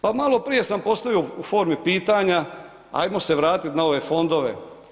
Pa malo prije sam postavio u formi pitanja ajmo se vratiti na ove fondove.